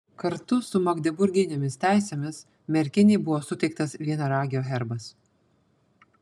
kartu su magdeburginėmis teisėmis merkinei buvo suteiktas vienaragio herbas